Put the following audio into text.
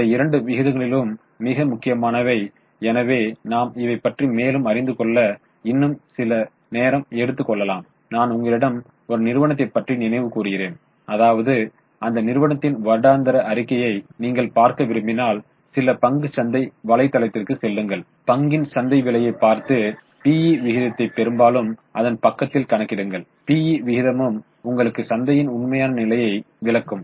இந்த இரண்டு விகிதங்களும் மிக முக்கியமானவை எனவே நாம் இதை பற்றி மேலும் அறிந்து கொள்ள இன்னும் சிறிது நேரம் எடுத்துக்கொள்ளலாம் நான் உங்களிடம் ஒரு நிறுவனத்தை பற்றி நினைவு கூறுகிறேன் அதாவது அந்த நிறுவனத்தின் வருடாந்திர அறிக்கையை நீங்கள் பார்க்க விரும்பினால் சில பங்குச் சந்தை வலைத்தளத்திற்கு செல்லுங்கள் பங்கின் சந்தை விலையை பார்த்து PE விகிதத்தை பெரும்பாலும் அதன் பக்கத்தில் கணக்கிடுங்கள் PE விகிதமும் உங்களுக்கு சந்தையின் உண்மையான நிலையை விளக்கும்